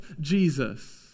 Jesus